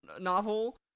novel